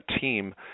team